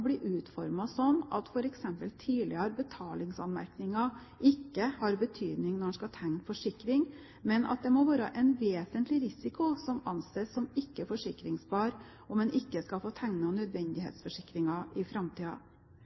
at f.eks. tidligere betalingsanmerkninger ikke har betydning når en skal tegne forsikring, men at det må være en vesentlig risiko som anses som ikke forsikringsbar om en ikke skal få tegnet nødvendighetsforsikringer i